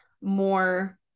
more